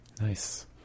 Nice